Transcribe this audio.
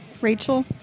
Rachel